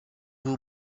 will